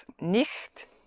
nicht